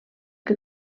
que